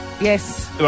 Yes